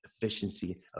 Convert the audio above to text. efficiency